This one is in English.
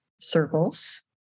circles